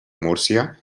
múrcia